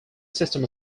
system